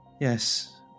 yes